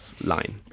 line